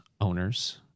owners